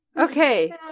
Okay